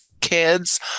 kids